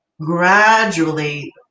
gradually –